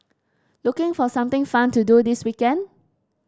looking for something fun to do this weekend